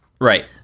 Right